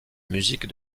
musique